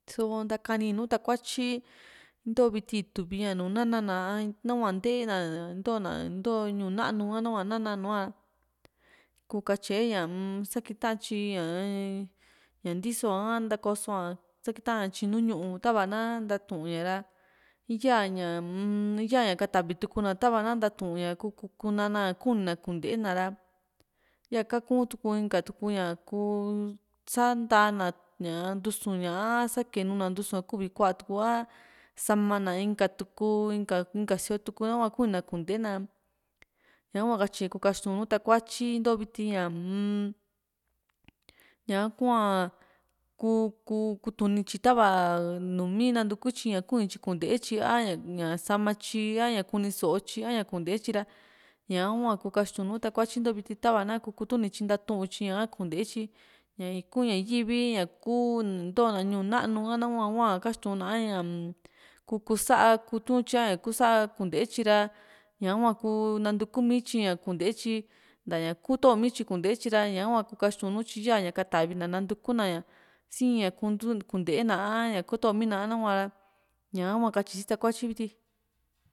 sóo ntakani nùù takuatyi ntoo viti ni tuvía na´na ná nahua ntee na ntoo na nto ñuu na´nu nahua nana nu´a kuu katye ñaa sakita tyi ñaa ña ntiso´a koso´a sakita tyi nùù ñu´u tava na ntatuu ña ra íyaa ñaa-m yaa ña katavitu´na tava na ntauu tukuá kuu na´na ña kuni na kuntee na ra ya kaku inka tuku ña kuu ku san´ta ná ñaa ntusu ña a sakenuna ntusu ku uvi kuaa tuku´a sa´ma na inka tuku inka siootuku nahua kunina kuntee ná ñahua katyi kuu katyi kaxtuu nu takuatyi into viti ñaa-m ñaka huaa ku´ku kutuni tyi tava numi nantuku tyi ña kuni tyi kunte tyi a ñaa sama tyi ika ña kuni so´o tyi aña kuntee tyi ra ña´hua ku kaxtu´n nùù takuatyi into viti tava na kuu kutuni tyi ntatu tyi ña´ha kuntetyi tyi ña´ku ña yiivi ña ku ntoo na ñuu nanu nahua hua kaxtuuna a ñaa-m kuu ku´sa kutiu tya a i ku´sa kunte tyi ra ñahua kuu nantuku mityi ña kunte tyi nta´ña kuto mityi kuntee tyi ra ña ka hua kuu kaxtuu nutyi ya´ña katavi na nantuku na si in ña kunte na a ña kotomina a ñaka hua katyi si takuatyi viti